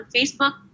Facebook